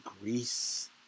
Greece